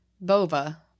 Bova